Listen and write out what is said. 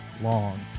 long